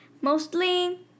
Mostly